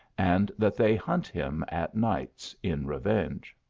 and that they hunt him at nights in revenge.